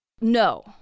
No